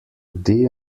dion